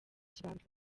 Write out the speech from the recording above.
kiganza